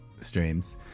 streams